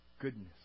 goodness